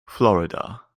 florida